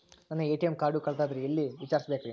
ನನ್ನ ATM card ಕಳದದ್ರಿ ಎಲ್ಲಿ ವಿಚಾರಿಸ್ಬೇಕ್ರಿ?